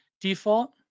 Default